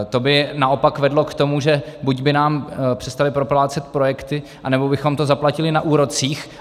To by naopak vedlo k tomu, že buď by nám přestali proplácet projekty, anebo bychom to zaplatili na úrocích.